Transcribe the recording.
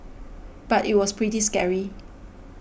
but it was pretty scary